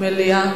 מליאה.